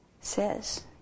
says